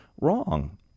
wrong